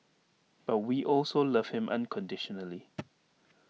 but we also love him unconditionally